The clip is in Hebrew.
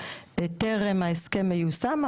טרם ההסכם מיושם,